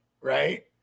Right